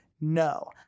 no